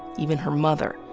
even her mother.